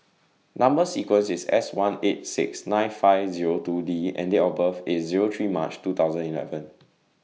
Number sequence IS S one eight six nine five Zero two D and Date of birth IS Zero three March two thousand eleven